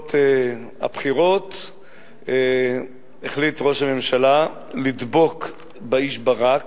שבעקבות הבחירות החליט ראש הממשלה לדבוק באיש ברק,